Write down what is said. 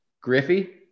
Griffey